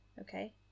Okay